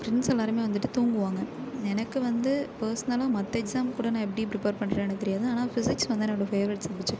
friends எல்லாருமே வந்துட்டு தூங்குவாங்க எனக்கு வந்து பெர்ஸ்னலாக மற்ற எக்ஸாம் கூட நான் எப்படி ப்ரிப்பேர் பண்றேன்னு தெரியாது ஆனால் ஃபிசிக்ஸ் வந்து என்னோடய ஃபேவரட் சப்ஜக்ட்